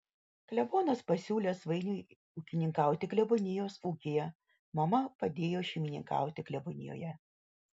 klebonas pasiūlė svainiui ūkininkauti klebonijos ūkyje mama padėjo šeimininkauti klebonijoje